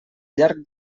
llarg